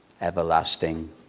everlasting